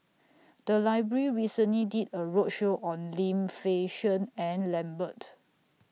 The Library recently did A roadshow on Lim Fei Shen and Lambert